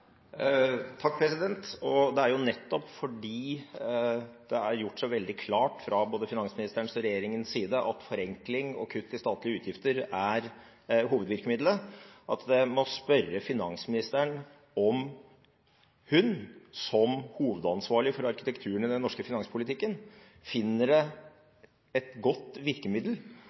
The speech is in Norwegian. Det er jo nettopp fordi det er gjort så veldig klart fra både finansministerens og regjeringens side at forenkling og kutt i statlige utgifter er hovedvirkemidlet, at jeg må spørre finansministeren om hun som hovedansvarlig for arkitekturen i den norske finanspolitikken finner at det er et godt virkemiddel